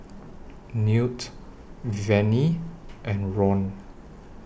Newt Vennie and Ron